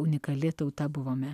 unikali tauta buvome